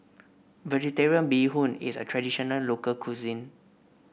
vegetarian Bee Hoon is a traditional local cuisine